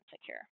secure